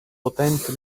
potente